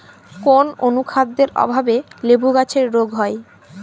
কোন অনুখাদ্যের অভাবে লেবু গাছের রোগ হয়?